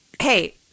Hey